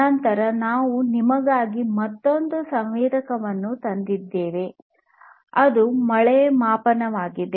ನಂತರ ನಾವು ನಿಮಗಾಗಿ ಮತ್ತೊಂದು ಸಂವೇದಕವನ್ನು ತಂದಿದ್ದೇವೆ ಅದು ಮಳೆ ಮಾಪಕವಾಗಿದೆ